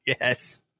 Yes